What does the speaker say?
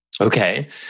Okay